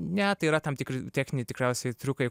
ne tai yra tam tikri techniniai tikriausiai triukai